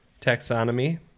Taxonomy